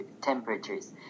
temperatures